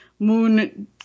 Moon